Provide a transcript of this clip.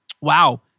wow